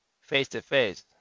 face-to-face